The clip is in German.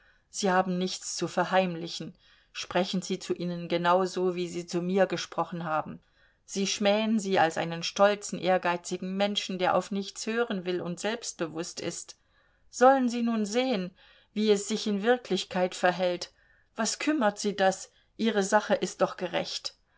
sie haben nichts zu verheimlichen sprechen sie zu ihnen genau so wie sie zu mir gesprochen haben sie schmähen sie als einen stolzen ehrgeizigen menschen der auf nichts hören will und selbstbewußt ist sollen sie nun sehen wie es sich in wirklichkeit verhält was kümmert sie das ihre sache ist doch gerecht